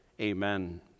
amen